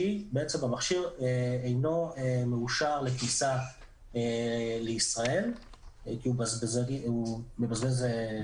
בעצם המכשיר אינו מאושר לכניסה לישראל כי הוא מבזבז חשמל.